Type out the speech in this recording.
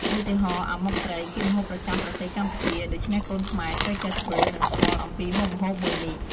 ឧទាហរណ៍ អាម៉ុកត្រី ជាម្ហូបប្រចាំប្រទេសកម្ពុជា ដូច្នេះកូនខ្មែរត្រូវចេះធ្វើ និងស្គាល់អំពីមុខម្ហូបមួយនេះ។